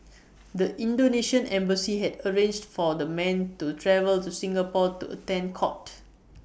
the Indonesian embassy had arranged for the men to travel to Singapore to attend court